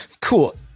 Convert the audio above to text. cool